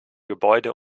gebäude